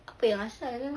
apa yang asal